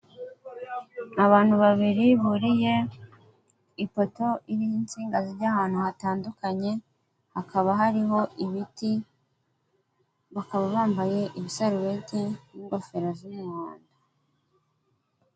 Abantu babiri buriye ipoto iriho insinga zijya ahantu hatandukanye, hakaba hariho ibiti, bakaba bambaye ibisarubeti n'ingofero z'umuhondo.